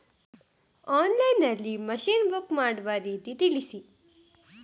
Online ನಲ್ಲಿ machine book ಮಾಡುವ ರೀತಿ ತಿಳಿಸಿ?